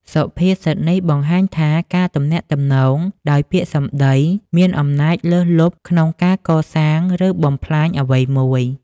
សុភាសិតនេះបង្ហាញថាការទំនាក់ទំនងដោយពាក្យសម្ដី មានអំណាចលើសលប់ក្នុងការកសាង ឬបំផ្លាញអ្វីមួយ។